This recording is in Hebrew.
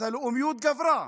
אז הלאומיות גברה,